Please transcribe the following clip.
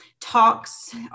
talks